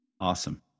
awesome